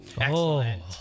Excellent